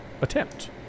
attempt